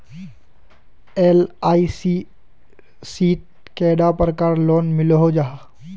LIC शित कैडा प्रकारेर लोन मिलोहो जाहा?